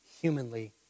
humanly